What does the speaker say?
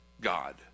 God